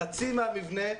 חצי מהמבנה,